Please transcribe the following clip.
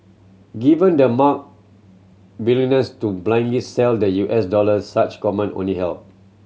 given the mark willingness to blindly sell the U S dollars such comment only help